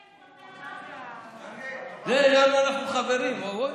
זה, יעני, אנחנו חברים.